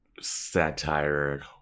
satire